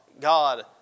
God